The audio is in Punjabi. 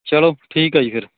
ਚਲੋ ਠੀਕ ਆ ਜੀ ਫਿਰ